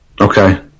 Okay